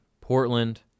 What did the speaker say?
portland